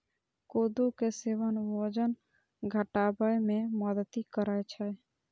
कोदो के सेवन वजन घटाबै मे मदति करै छै